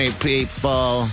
people